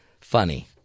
funny